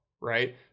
right